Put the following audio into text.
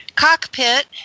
cockpit